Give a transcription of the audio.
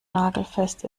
nagelfest